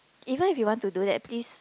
even if you want to do that please